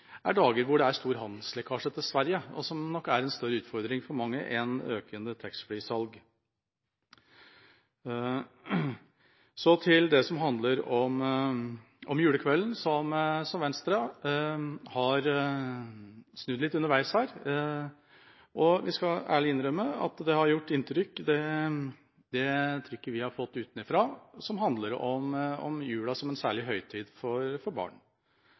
en større utfordring for mange enn økende taxfree-salg. Så til det som handler om julekvelden, der Venstre har snudd litt underveis. Vi skal ærlig innrømme at det har gjort inntrykk det trykket vi har fått utenfra som handler om jula som en særlig høytid for barn. Vi synes egentlig at vi har godt av at vi får en debatt om barn